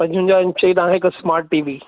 पंजवंजाहु इंच जी तव्हांखे हिकु स्मार्ट टी वी